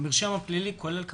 המרשם הפלילי כולל: